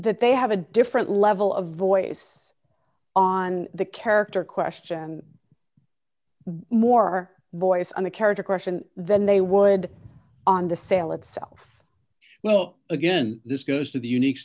that they have a different level of voice on the character question and more voice on the character question then they would on the sale itself well again this goes to the unique